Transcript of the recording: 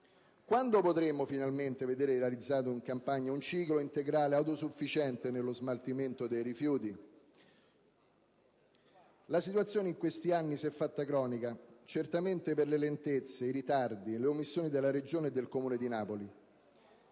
Quando potremo finalmente vedere realizzato in Campania un ciclo integrale autosufficiente nello smaltimento dei rifiuti? La situazione in questi anni si è fatta cronica, certamente per le lentezze, i ritardi, le omissioni della Regione e del Comune di Napoli.